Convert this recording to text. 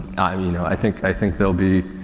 i mean you know i think, i think there'll be,